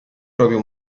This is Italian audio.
proprio